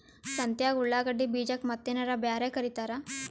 ಸಂತ್ಯಾಗ ಉಳ್ಳಾಗಡ್ಡಿ ಬೀಜಕ್ಕ ಮತ್ತೇನರ ಬ್ಯಾರೆ ಕರಿತಾರ?